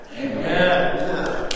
amen